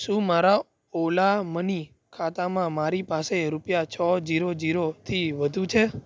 શું મારા Ola Money ખાતામાં મારી પાસે રૂપિયા છ ઝીરો ઝીરોથી વધુ છે